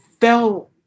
felt